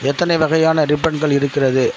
எத்தனை வகையான ரிப்பன்கள் இருக்கிறது